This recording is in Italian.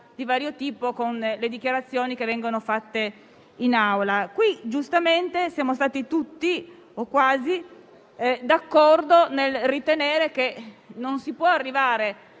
di vario tipo con le dichiarazioni che vengono fatte in Aula. In questo caso, giustamente, siamo stati tutti, o quasi, d'accordo nel ritenere che non si può arrivare